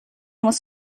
muss